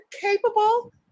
capable